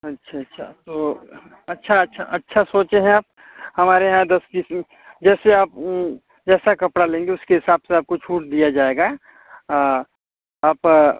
अच्छा अच्छा तो अच्छा अच्छा अच्छा सोचे हैं आप हमारे यहाँ दस किस्म जैसे आप जैसा कपड़ा लेंगी उसके हिसाब से आपको छूट दिया जाएगा आप